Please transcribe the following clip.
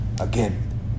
again